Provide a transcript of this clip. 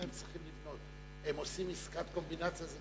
הם עושים עסקת קומבינציה?